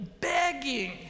begging